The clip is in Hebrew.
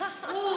אואה.